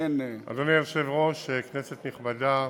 אדוני היושב-ראש, כנסת נכבדה,